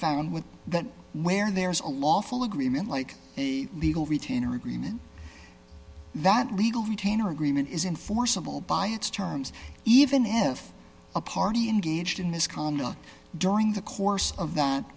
found with that where there is a lawful agreement like a legal retainer agreement that legal retainer agreement is enforceable by its terms even if a party engaged in misconduct during the course of that